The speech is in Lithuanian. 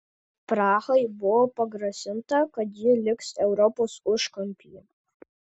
prahai buvo pagrasinta kad ji liks europos užkampyje